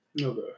Okay